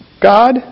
God